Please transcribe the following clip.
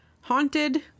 Haunted